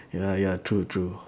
ya ya true true